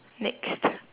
next